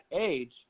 age